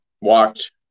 walked